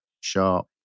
sharp